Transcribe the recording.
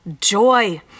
joy